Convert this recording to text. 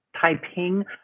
taiping